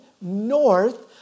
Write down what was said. north